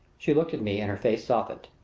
she looked at me and her face softened.